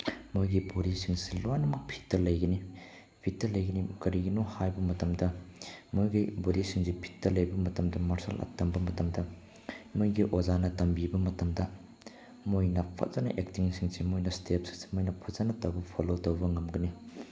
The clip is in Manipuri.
ꯃꯣꯏꯒꯤ ꯕꯣꯗꯤꯁꯤꯡꯁꯤ ꯂꯣꯏꯅꯃꯛ ꯐꯤꯠꯇ ꯂꯩꯒꯅꯤ ꯐꯤꯠꯇ ꯂꯩꯒꯅꯤ ꯀꯔꯤꯒꯤꯅꯣ ꯍꯥꯏꯕ ꯃꯇꯝꯗ ꯃꯣꯏꯒꯤ ꯕꯣꯗꯤꯁꯤꯡꯁꯤ ꯐꯤꯠꯇ ꯂꯩꯕ ꯃꯇꯝꯗ ꯃꯥꯔꯁꯦꯜ ꯑꯥꯔꯠ ꯇꯝꯕ ꯃꯇꯝꯗ ꯃꯣꯏꯒꯤ ꯑꯣꯖꯥꯅ ꯇꯝꯕꯤꯕ ꯃꯇꯝꯗ ꯃꯣꯏꯅ ꯐꯖꯅ ꯑꯦꯛꯇꯤꯡꯁꯤꯡꯁꯤ ꯃꯣꯏꯅ ꯏꯁꯇꯦꯞꯁꯤꯡꯁꯤ ꯃꯣꯏꯅ ꯐꯖꯅ ꯇꯧꯕ ꯐꯣꯂꯣ ꯇꯧꯕ ꯉꯝꯒꯅꯤ